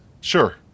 Sure